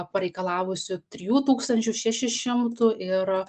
pareikalavusių trijų tūkstančių šešių šimtų ir